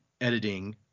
editing